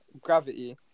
gravity